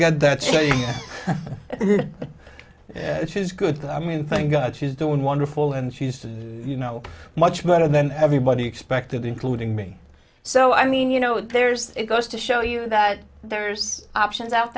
get that so yeah yeah it is good i mean thank god she's doing wonderful and she's to you know much better than everybody expected including me so i mean you know there's it goes to show you that there's options out